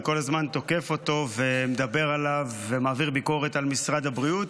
אני כל הזמן תוקף אותו ומדבר עליו ומעביר ביקורת על משרד הבריאות,